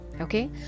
Okay